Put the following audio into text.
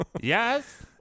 Yes